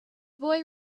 boy